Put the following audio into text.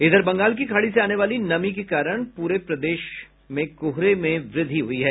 इधर बंगाल की खाड़ी से आने वाली नमी के कारण पूरे प्रदेश भर में कोहरे में वृद्धि हुई है